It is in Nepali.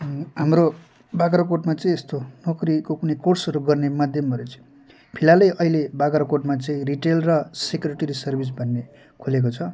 हाम्रो बाग्राकोटमा चाहिँ यस्तो नोकरीको कुनै कोर्सहरू गर्ने माध्यमहरू चाहिँ फिलहालै अहिले बाग्राकोटमा चाहिँ रिटेल र सेक्रुटेरी सर्विस भन्ने खोलेको छ